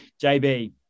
JB